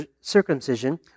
circumcision